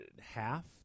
half